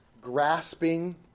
grasping